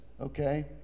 Okay